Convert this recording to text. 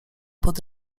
pod